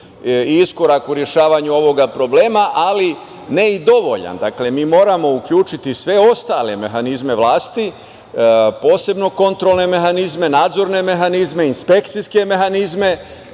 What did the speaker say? iskorak u rešavanju ovog problema, ali ne i dovoljan. Dakle, mi moramo uključiti sve ostale mehanizme vlasti, posebno kontrolne mehanizme, nadzorne mehanizme, inspekcijske mehanizme